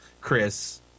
Chris